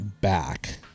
back